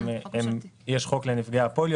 יש חוק לנפגעי הפוליו,